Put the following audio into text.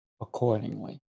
accordingly